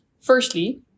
Firstly